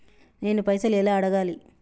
నేను పైసలు ఎలా అడగాలి?